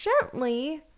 gently